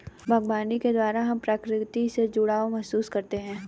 बागवानी के द्वारा हम प्रकृति से जुड़ाव महसूस करते हैं